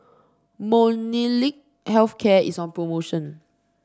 Molnylcke Health Care is on promotion